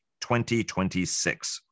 2026